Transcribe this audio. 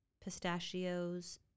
pistachios